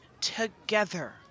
together